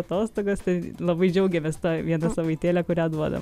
atostogas tai labai džiaugiamės ta viena savaitėle kurią duoda